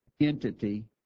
entity